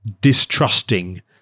distrusting